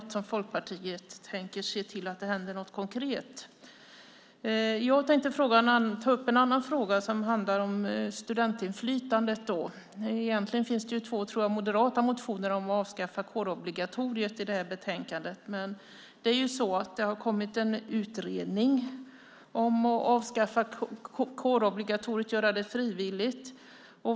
Tänker Folkpartiet se till att det händer något konkret på det området? Låt mig ta upp en annan fråga, nämligen det som handlar om studentinflytandet. I betänkandet behandlas två moderata motioner om att avskaffa kårobligatoriet. Det har kommit en utredning om avskaffande av kårobligatoriet och i stället göra det frivilligt.